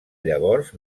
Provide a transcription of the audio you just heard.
llavors